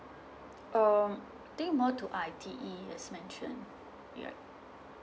um I think more to I_T_E as mentioned yup